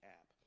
app